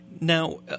Now